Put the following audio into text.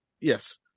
yes